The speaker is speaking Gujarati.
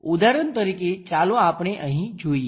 ઉદાહરણ તરીકે ચાલો આપણે અહીં જોઈએ